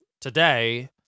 Today